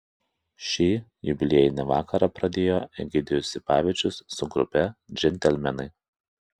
šį jubiliejinį vakarą pradėjo egidijus sipavičius su grupe džentelmenai